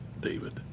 David